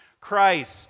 Christ